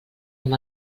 amb